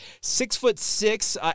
Six-foot-six